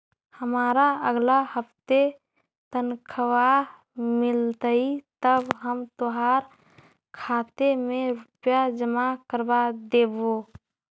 हमारा अगला हफ्ते तनख्वाह मिलतई तब हम तोहार खाते में रुपए जमा करवा देबो